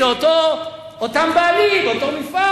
זה אותם בעלים, אותו מפעל.